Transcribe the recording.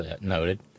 noted